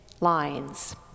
lines